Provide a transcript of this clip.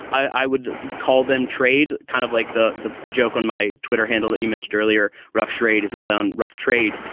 i would call them trade, kind of like the the joke on my twitter handle that you mentioned earlier. rough trade is a play on rough trade.